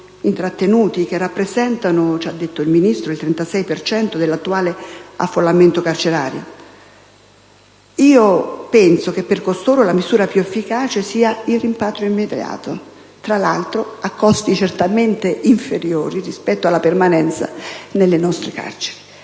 intrattenuti, che rappresentano - ci ha detto il Ministro - il 36 per cento dell'attuale affollamento carcerario. Penso che per costoro la misura più efficace sia il rimpatrio immediato, tra l'altro a costi certamente inferiori rispetto alla permanenza nelle nostre carceri.